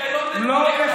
למה?